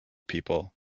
people